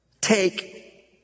take